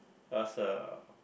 cause uh